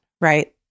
right